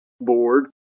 board